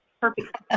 Perfect